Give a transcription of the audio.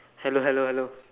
hello hello hello